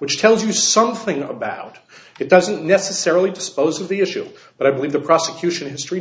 which tells you something about it doesn't necessarily dispose of the issue but i believe the prosecution history